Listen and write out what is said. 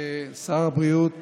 שר הבריאות